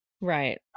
right